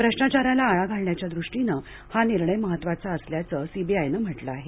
भ्रष्टाचाराला आळा घालण्याच्या दृष्टीनं हा निर्णय महत्वाचा असल्याचंही सीबीआयनं म्हटलं आहे